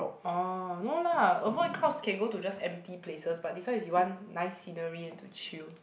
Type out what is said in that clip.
orh no lah avoid crowds can go to just empty places but this one is you want nice scenery and to chill